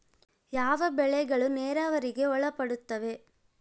ಯಾವ ಬೆಳೆಗಳು ನೇರಾವರಿಗೆ ಒಳಪಡುತ್ತವೆ?